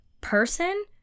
person